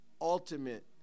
ultimate